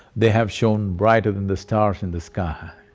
they have shone brighter than the stars in the sky.